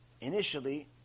initially